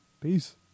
Peace